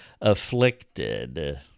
afflicted